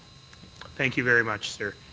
thank you very much, sir.